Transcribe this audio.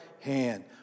hand